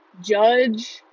judge